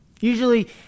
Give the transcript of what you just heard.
Usually